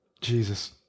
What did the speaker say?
Jesus